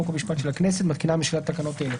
חוק והמשפט של הכנסת מתקינה הממשלה תקנות אלה: